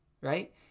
right